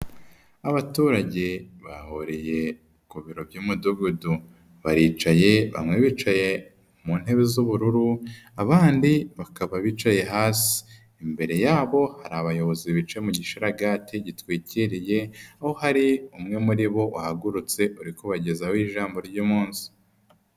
Abaturage bahuriye ku biro by'umudugudu. Baricaye bamwe bicaye mu ntebe z'ubururu, abandi bakaba bicaye hasi. Imbere yabo hari abayobozi bicaye mu gisharagati gitwikiriye, aho hari umwe muri bo wahagurutse uri kubagezaho ijambo ry'umunsi.